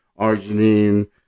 arginine